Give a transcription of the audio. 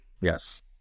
Yes